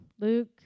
Luke